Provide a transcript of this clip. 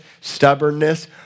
stubbornness